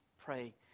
pray